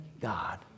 God